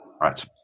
Right